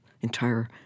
entire